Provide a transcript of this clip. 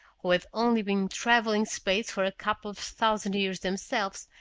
who had only been traveling space for a couple of thousand years themselves,